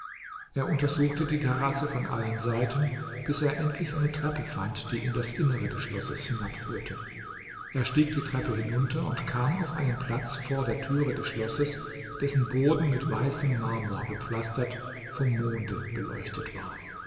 er untersuchte die terrasse von allen seiten bis er endlich eine treppe fand die in das innere des schlosses hinabführte er stieg die treppe hinunter und kam auf einen platz vor der türe des schlosses dessen boden mit weißem marmor gepflastert vom monde beleuchtet war